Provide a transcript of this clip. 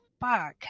fuck